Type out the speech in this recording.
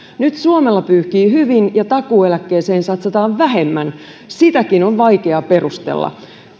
nyt suomella pyyhkii hyvin ja takuueläkkeeseen satsataan vähemmän sitäkin on vaikea perustella